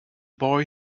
boy